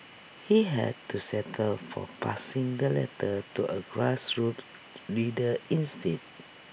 he had to settle for passing the letter to A grassroops leader instead